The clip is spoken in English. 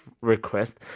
request